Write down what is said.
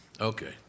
okay